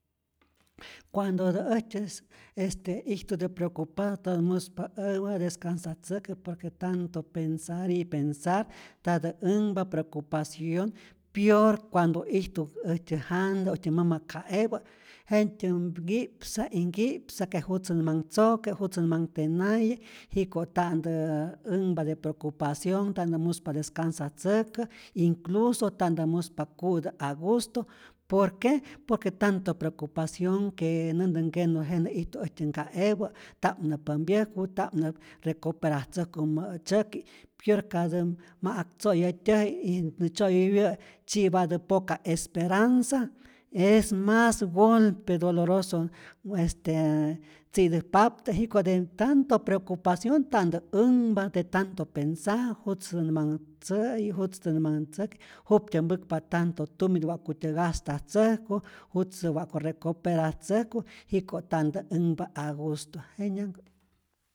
Cuandotä äjtyäs este ijtutä de preocupado ntatä muspa äwä, descansatzäkä por que tanto pensar y pensar tatä änhpa preocupación pior, cuando ijtu äjtyä janta äjtyä mama' ka'epä jet'tyä nkipsa y nkipsa que jutzä nä manh tzoke', jutzä nä manh tenaye, jiko' ta'ntä änhpa de preocupacionh, tanä muspa descansatzäkä, incluso ta'ntä muspa ku'tä agusto, por que por que tanto preocupacion que näntä nkenu jenä ijtu äjtyä nka'epä, ta'p nä pämpyäjku, ta'p nä recuperatzäjku mä'tzyäki', pior katä ma ak tzo'yätyäji y nä tzyo'yoyupä'i tzyi'patä poca esperanza es mas golpe doloroso este tzi'täjpaptä, jiko de tanto preocupacionh ta'ntät änhpa de tanto pensar jutzä nä manh tzä'yi, jutztä nä manh tzäki', jut'tyä mpäkpa tanto tumit wa'kutyä gastatzäjku, jutzä wa'ku recuperatzäjku, jiko' ta'ntä änhpa a gusto, jenyanhkä'.